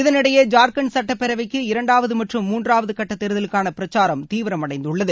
இதனிடையே ஜார்க்கண்ட் சட்டப்பேரவைக்கு இரண்டாவது மற்றும் மூன்றாவது கட்ட தேர்தலுக்கான பிரச்சாரம் தீவிரமடைந்துள்ளது